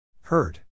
Hurt